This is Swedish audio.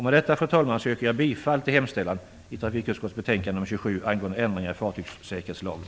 Med detta, fru talman, yrkar jag bifall till hemställan i trafikutskottets betänkande nr 27 angående ändringar i fartygssäkerhetslagen.